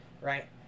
Right